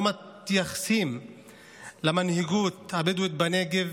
לא מתייחסים למנהיגות הבדואית בנגב,